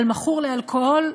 על מכור לאלכוהול,